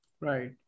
right